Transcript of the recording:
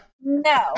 no